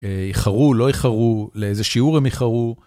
איחרו לא איחרו, לאיזה שיעור הם איחרו.